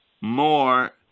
more